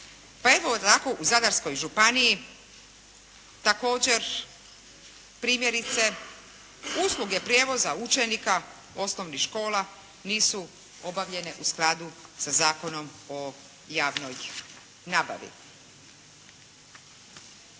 Pa evo tako u Zadarskoj županiji također primjerice usluge prijevoza učenika osnovnih škola nisu obavljene u skladu sa Zakonom o javnoj nabavi.